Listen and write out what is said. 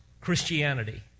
Christianity